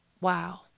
wow